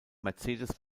mercedes